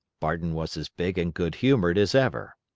barton was as big and good-humored as ever.